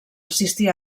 assistir